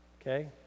okay